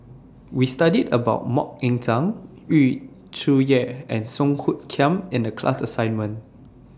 We studied about Mok Ying Jang Yu Zhuye and Song Hoot Kiam in The class assignment